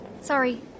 Sorry